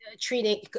treating